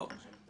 לא.